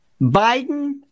Biden